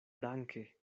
danke